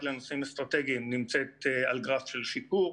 לנושאים אסטרטגיים נמצאת על גרף של שיפור